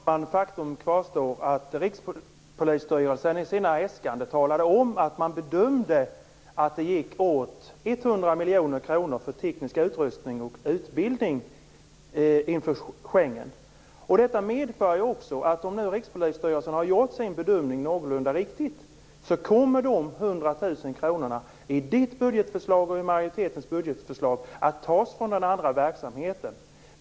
Herr talman! Faktum kvarstår: Rikspolisstyrelsen har i sina äskanden talat om att bedömningen var att 100 miljoner kronor går åt för teknisk utrustning och utbildning inför Schengen. Detta medför att om Rikspolisstyrelsen har gjort sin bedömning någorlunda riktigt så kommer dessa 100 miljoner kronor att tas ifrån den andra verksamheten i Kia Andreassons och majoritetens budgetförslag.